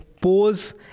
pose